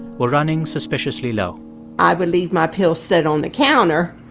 were running suspiciously low i would leave my pills set on the counter,